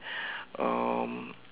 um